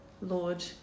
Lord